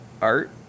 art